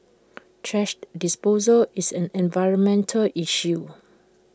thrash disposal is an environmental issue